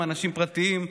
אנשים פרטיים.